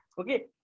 okay